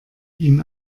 ihm